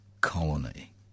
colony